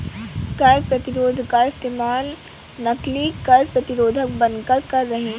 कर प्रतिरोध का इस्तेमाल नकली कर प्रतिरोधक बनकर कर रहे हैं